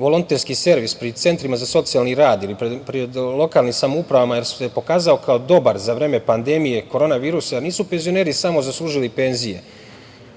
volonterski servis pri Centrima za socijalni rad ili pred lokalnim samoupravama, jer se pokazao kao dobar za vreme pandemije korona virusa. Nisu penzioneri samo zaslužili penzije